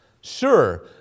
Sure